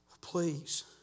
please